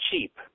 cheap